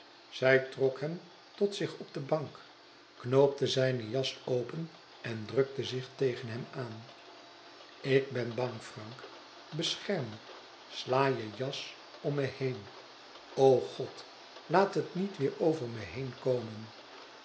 trok hem tot zich op de bank knoopte zijne jas open en drukte zich tegen hem aan ik ben bang frank bescherm me sla je jas om me heen o god laat het niet weêr over me heen komen